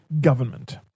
government